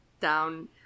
down